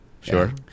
Sure